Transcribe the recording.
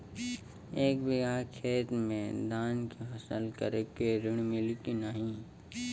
एक बिघा खेत मे धान के फसल करे के ऋण मिली की नाही?